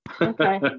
Okay